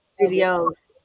videos